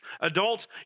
Adults